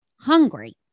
Hungry